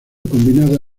combinaba